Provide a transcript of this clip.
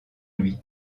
lui